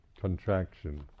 contraction